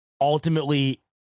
ultimately